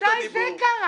נתת לי זכות דיבור.